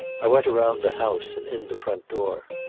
i went around the house and in the front door.